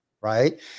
right